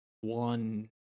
one